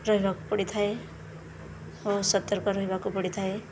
ରହିବାକୁ ପଡ଼ିଥାଏ ଓ ସତର୍କ ରହିବାକୁ ପଡ଼ିଥାଏ